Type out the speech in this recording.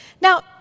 Now